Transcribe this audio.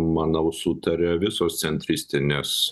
manau sutaria visos centristinės